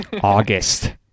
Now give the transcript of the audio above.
August